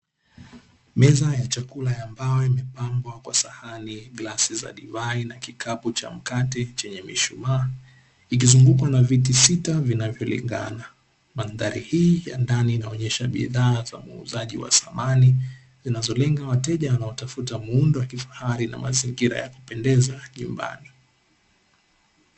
Meza ya chakula ambayo imepambwa kwa sahani glasi za divai kikabu cha mkate na mishumaa ikizungukwa na viti sita vinavyolingana. Mandhari hii ya ndani inaonyesha bidhaa za muuzaji wa samani zinazolenga wateja wanaotafuta muundo ya kifahari na mazingira ya kupendeza nyumbani.